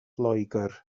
loegr